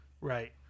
Right